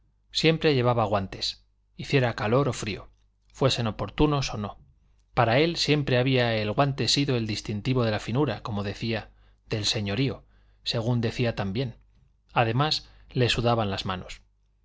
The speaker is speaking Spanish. siempre llevaba guantes hiciera calor o frío fuesen oportunos o no para él siempre había el guante sido el distintivo de la finura como decía del señorío según decía también además le sudaban las manos